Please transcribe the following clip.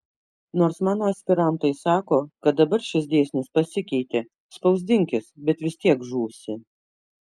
nors mano aspirantai sako kad dabar šis dėsnis pasikeitė spausdinkis bet vis tiek žūsi